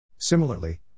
Similarly